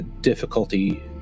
difficulty